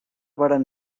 varen